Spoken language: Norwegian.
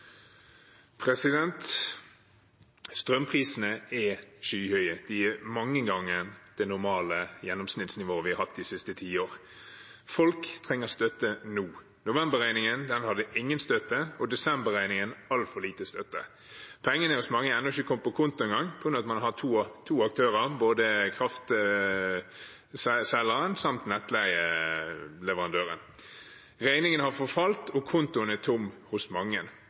Strømprisene er skyhøye. De er mange ganger høyere enn det normale gjennomsnittsnivået vi har hatt de siste tiår. Folk trenger støtte nå. November-regningen fikk man ingen støtte til, og desember-regningen fikk man altfor lite støtte til. Pengene har for mange ikke engang kommet på kontoen ennå på grunn av at man har to aktører, både kraftselgeren og nettleieleverandøren. Regningene har forfalt, og kontoen er tom hos mange.